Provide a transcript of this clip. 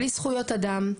בלי זכויות אדם,